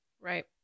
Right